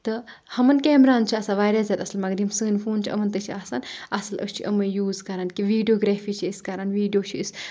تہٕ تِمَن کیمراہن تہِ چھِ آسان واریاہ زیادٕ اَصل مَگر یِم سٲنۍ فون چھِ یِمَن تہِ چھِ آسان اَصل أسۍ چھِ أمَے یوٗز کَران ویٖڈیوگرافی چھِ أسۍ کَران ویٖڈیو چھِ أسۍ